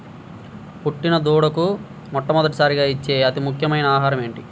పుట్టిన దూడకు మొట్టమొదటిసారిగా ఇచ్చే అతి ముఖ్యమైన ఆహారము ఏంటి?